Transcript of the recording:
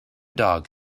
dog